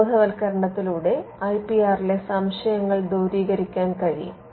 ബോധവൽക്കരണത്തിലൂടെ I P ആറിലെ സംശയങ്ങൾ ദൂരീകരിക്കാൻ കഴിയും